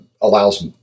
allows